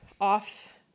off